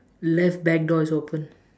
left back door is open